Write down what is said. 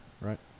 right